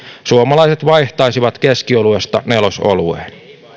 suomalaiset vaihtaisivat keskioluesta nelosolueen